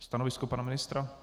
Stanovisko pana ministra?